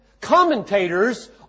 commentators